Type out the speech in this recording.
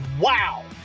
wow